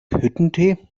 hüttentee